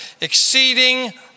Exceeding